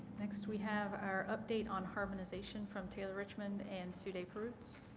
next we have our update on harmonization from taylor richmond and sue day-perrotts.